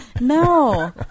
No